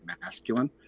masculine